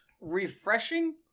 Refreshing